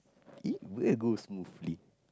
it will go smoothly